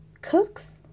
Cook's